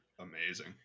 amazing